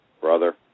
brother